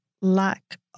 lack